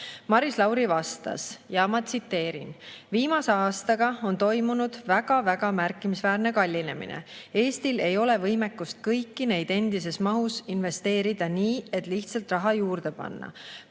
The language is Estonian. Maris Lauri vastas, ma tsiteerin: "Viimase aastaga on toimunud väga-väga märkimisväärne kallinemine. Eestil ei ole võimekust kõiki neid endises mahus, ütleme, investeerida nii, et lihtsalt raha juurde panna.